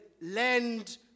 Land